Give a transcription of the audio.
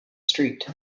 street